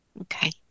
Okay